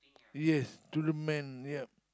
yes to the man yup